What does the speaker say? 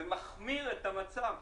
ומחמיר את המצב.